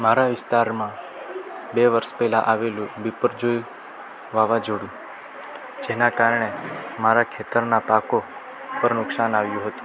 મારા વિસ્તારમાં બે વર્ષ પહેલાં આવેલું બીપરજોય વાવાઝોડું જેનાં કારણે મારાં ખેતરનાં પાકો પર નુકશાન આવ્યું હતું